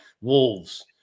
Wolves